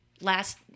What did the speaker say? last